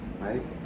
right